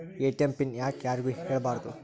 ATM PIN ಯಾಕ್ ಯಾರಿಗೂ ಹೇಳಬಾರದು?